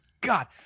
God